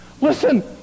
Listen